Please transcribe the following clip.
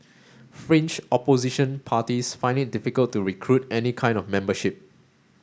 Fringe Opposition parties find it difficult to recruit any kind of membership